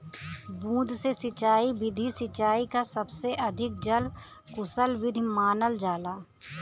बूंद से सिंचाई विधि सिंचाई क सबसे अधिक जल कुसल विधि मानल जाला